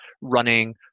running